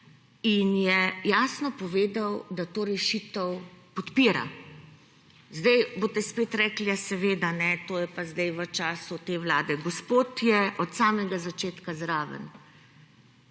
in je jasno povedal, da to rešitev podpira. Zdaj boste spet rekli, ja, seveda, kajne, to je pa zdaj v času te Vlade. Gospod je od samega začetka zraven.